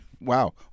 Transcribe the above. wow